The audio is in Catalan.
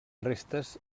restes